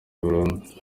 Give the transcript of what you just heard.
burundu